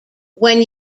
when